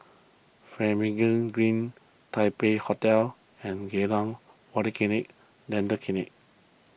Finlayson Green Taipei Hotel and Geylang Polyclinic Dental Clinic